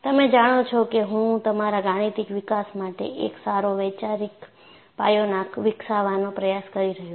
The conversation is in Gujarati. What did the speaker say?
તમે જાણો છો કે હું તમારા ગાણિતિક વિકાસ માટે એક સારો વૈચારિક પાયો વિકસાવવાનો પ્રયાસ કરી રહ્યો છું